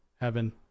heaven